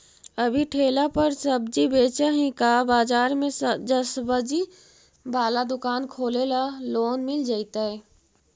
अभी ठेला पर सब्जी बेच ही का बाजार में ज्सबजी बाला दुकान खोले ल लोन मिल जईतै?